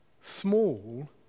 Small